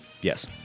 Yes